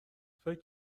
فکر